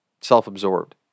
self-absorbed